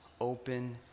open